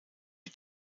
die